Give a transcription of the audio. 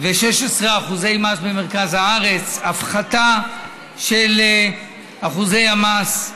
ו-16% מס במרכז הארץ, הפחתה של אחוזי המס: